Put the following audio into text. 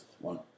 one